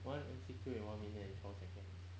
one M_C_Q in one minute and twelve seconds